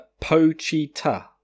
Pochita